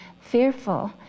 fearful